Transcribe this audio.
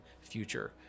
future